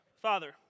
Father